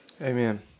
Amen